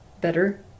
better